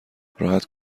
راحت